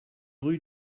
rue